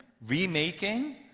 remaking